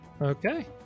Okay